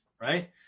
right